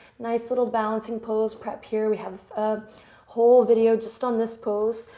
nice little balancing pose. prep here. we have a whole video just on this pose.